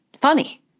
funny